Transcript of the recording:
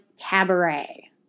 cabaret